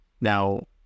now